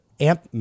amp